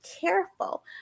careful